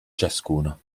ciascuno